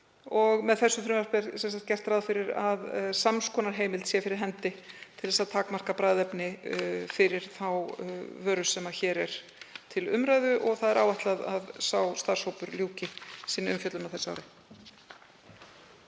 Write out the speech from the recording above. og með þessu frumvarpi er sem sagt gert ráð fyrir að sams konar heimild sé fyrir hendi til að takmarka bragðefni fyrir þá vöru sem hér er til umræðu. Það er áætlað að sá starfshópur ljúki sinni umfjöllun á þessu ári.